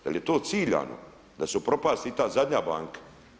Da li je to ciljano da se upropasti i ta zadnja banka?